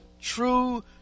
true